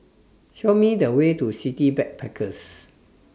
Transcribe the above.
Show Me The Way to City Backpackers